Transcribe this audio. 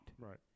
Right